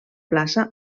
plaça